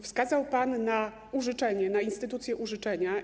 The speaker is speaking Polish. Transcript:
Wskazał pan na użyczenie, na instytucję użyczenia.